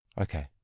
Okay